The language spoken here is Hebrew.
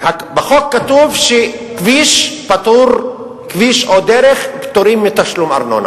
בחוק כתוב שכביש או דרך פטורים מתשלום ארנונה